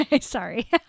Sorry